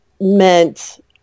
meant